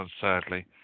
sadly